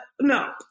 no